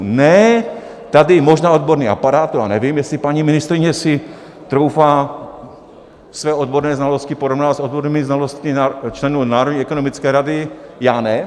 Ne, tady možná odborný aparát, to já nevím, jestli paní ministryně si troufá své odborné znalosti porovnávat s odbornými znalostmi členů Národní ekonomické rady, já ne.